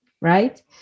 right